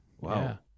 Wow